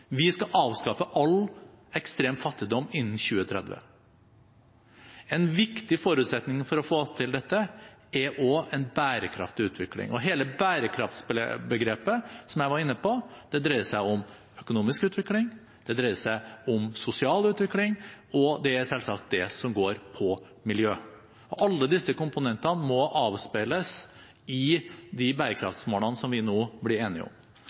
Vi skal avskaffe all ekstrem fattigdom innen 2030. En viktig forutsetning for å få til dette, er også en bærekraftig utvikling. Hele bærekraftbegrepet, som jeg var inne på, dreier seg om økonomisk utvikling, det dreier seg om sosial utvikling og det dreier seg selvsagt om det som går på miljø. Alle disse komponentene må avspeiles i de bærekraftmålene som vi nå blir enige om.